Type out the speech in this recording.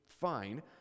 fine